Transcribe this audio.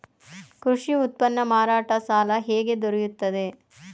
ಕೃಷಿ ಉತ್ಪನ್ನ ಮಾರಾಟ ಸಾಲ ಹೇಗೆ ದೊರೆಯುತ್ತದೆ?